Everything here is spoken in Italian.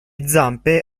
zampe